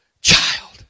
child